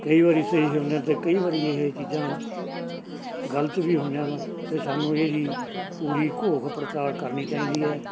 ਕਈ ਵਾਰੀ ਸਹੀ ਹੁੰਦਾ ਅਤੇ ਕਈ ਵਾਰੀ ਇਹ ਚੀਜ਼ਾਂ ਗਲਤ ਵੀ ਹੁੰਦੀਆਂ ਤਾਂ ਅਤੇ ਸਾਨੂੰ ਇਹਦੀ ਪੂਰੀ ਘੋਖ ਪੜਤਾਲ ਕਰਨੀ ਚਾਹੀਦੀ ਹੈ